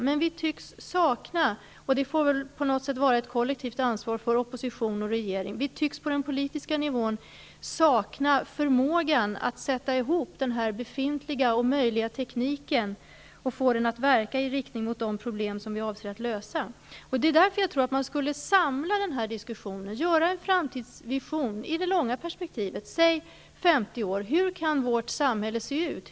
Men vi tycks på den politiska nivån sakna förmågan att sätta ihop befintlig och möjlig teknik och få den att verka i riktning mot de problem vi avser att lösa. Det får väl vara ett kollektivt ansvar för opposition och regering. Jag tror att man skulle samla denna diskussion och göra en framtidsvision i det långa perspektivet, säg femtio år. Hur kan vårt samhälle se ut om femtio år?